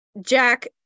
jack